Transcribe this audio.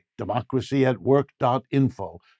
democracyatwork.info